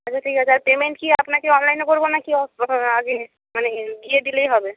আচ্ছা ঠিক আছে আর পেমেন্ট কি আপনাকে অনলাইনে করব না কি অফ মানে গিয়ে দিলেই হবে